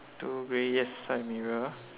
two grey yes side mirror